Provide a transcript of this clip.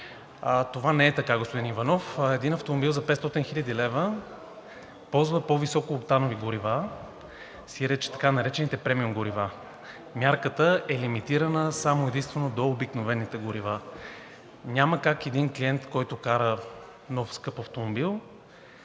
Това не е така, господин Иванов. Един автомобил за 500 хил. лв. ползва по-високооктанови горива, сиреч така наречените премиум горива. Мярката е лимитирана само и единствено до обикновените горива. Няма как един клиент, който кара нов, скъп автомобил,